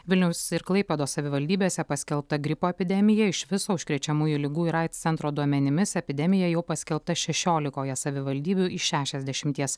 vilniaus ir klaipėdos savivaldybėse paskelbta gripo epidemija iš viso užkrečiamųjų ligų ir aids centro duomenimis epidemija jau paskelbta šešiolikoje savivaldybių iš šešiasdešimies